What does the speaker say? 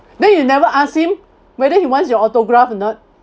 then you never ask him whether he wants your autograph or not